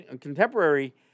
contemporary